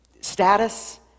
status